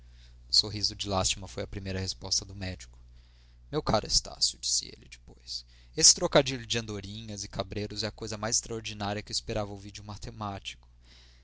um sorriso de lástima foi a primeira resposta do médico meu caro estácio disse ele depois esse trocadilho de andorinhas e cabreiros é a coisa mais extraordinária que eu esperava ouvir a um matemático